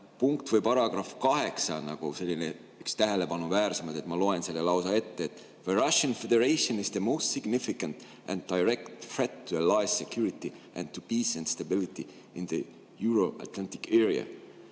punkt või paragrahv kaheksa üks tähelepanuväärsemaid, ma loen selle lausa ette: "The Russian Federation is the most significant and direct threat to Allies’ security and to peace and stability in the Euro-Atlantic area."